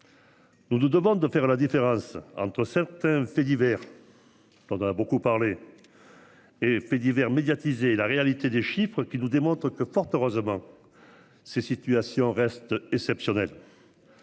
Nous nous demandent de faire la différence entre certains faits divers. Dont on a beaucoup parlé. Et divers médiatisés la réalité des chiffres qui nous démontre que, fort heureusement. Ces situations reste exceptionnel.